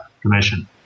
commission